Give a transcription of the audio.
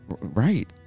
right